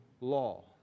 law